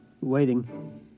waiting